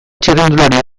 txirrindulari